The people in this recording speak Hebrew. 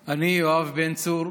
אני, יואב בן צור,